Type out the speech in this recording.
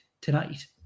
tonight